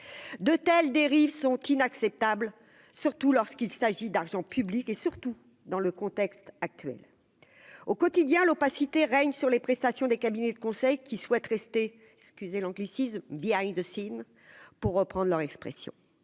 de telles dérives sont inacceptables, surtout lorsqu'il s'agit d'argent public et surtout dans le contexte actuel, au quotidien, l'opacité règne sur les prestations des cabinets de conseil, qui souhaite rester excusez l'anglicisme behind pour reprendre leur expression